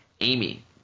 Amy